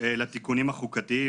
לתיקונים החוקתיים,